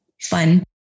fun